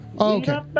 okay